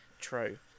True